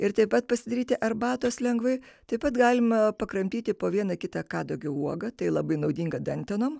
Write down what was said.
ir taip pat pasidaryti arbatos lengvai taip pat galima pakramtyti po vieną kitą kadagio uoga tai labai naudinga dantenoms